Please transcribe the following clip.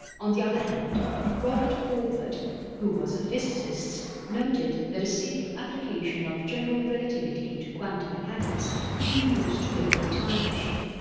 on the other hand robert forward who was a physicist noted that a simple application of general relativity to quantum mechanics could be used to build a time machine.